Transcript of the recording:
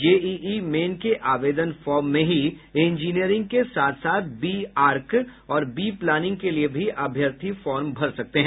JEE main के आवेदन form में ही इंजीनियरिंग के साथ साथ बी आर्क और बी प्लानिंग के लिए भी अभ्यर्थी फार्म भर सकते हैं